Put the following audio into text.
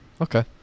Okay